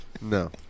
No